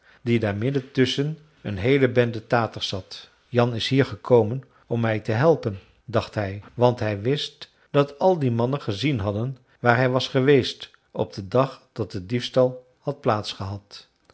die daar midden tusschen een heele bende taters zat jan is hier gekomen om mij te helpen dacht hij want hij wist dat al die mannen gezien hadden waar hij was geweest op den dag dat de diefstal had